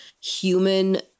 human